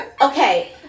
Okay